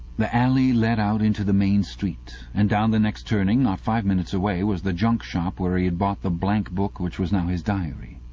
the alley led out into the main street, and down the next turning, not five minutes away, was the junk-shop where he had bought the blank book which was now his diary.